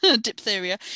diphtheria